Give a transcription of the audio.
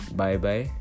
bye-bye